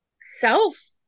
self